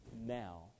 now